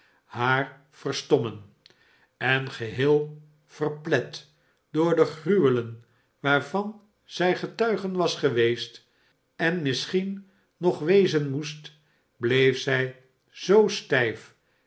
veeren stommen en geheel verplet door de gruwelen waarvan zij getuige was geweest en misschien nog wezen moest bleef zij zoo stijf